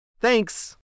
Thanks